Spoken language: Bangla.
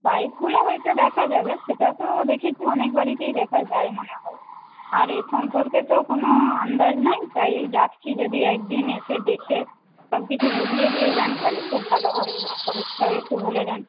পাইপগুলো হয়ত দেখা যাবে সেটা তো দেখেছি অনেক বাড়িতেই দেখা যায় মনে হয় আর এর সম্পর্কে তো কোনও আন্দাজ নেই তাই ডাকছি যদি একদিন এসে দেখে সবকিছু বুঝিয়ে দিয়ে যান তাহলে খুব ভালো হয় খরচটাও একটু বলে দেন